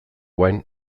orain